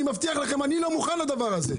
אני מבטיח לכם, אני לא מוכן לדבר הזה.